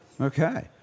Okay